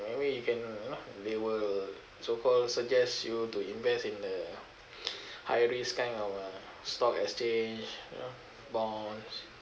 maybe you can you know they will so called suggest you to invest in the high risk kind of uh stock exchange you know bonds